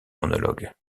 monologue